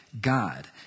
God